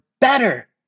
better